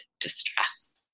distress